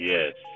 Yes